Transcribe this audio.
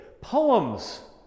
poems